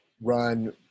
run